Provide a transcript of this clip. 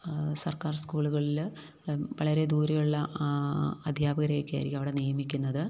സർക്കാർ സ്കൂളുകളില് വളരെ ദൂരെയുള്ള അധ്യാപകരെയൊക്കെയായിരിക്കും അവിടെ നിയമിക്കുന്നത്